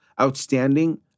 outstanding